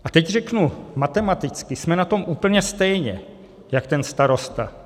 A teď řeknu matematicky jsme na tom úplně stejně jak ten starosta.